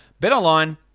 BetOnline